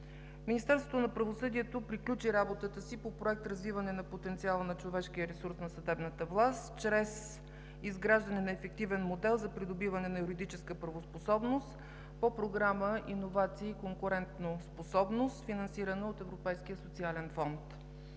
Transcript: Министерството на правосъдието приключи работата си по Проект „Развиване на потенциала на човешкия ресурс на съдебната власт чрез изграждане на ефективен модел за придобиване на юридическа правоспособност“ по Програма „Иновации и конкурентоспособност“, финансирана от Европейския социален фонд.